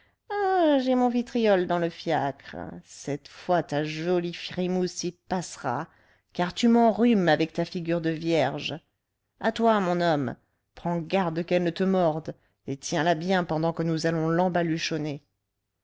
j'ai mon vitriol dans le fiacre cette fois ta jolie frimousse y passera car tu m'enrhumes avec ta figure de vierge à toi mon homme prends garde qu'elle ne te morde et tiens la bien pendant que nous allons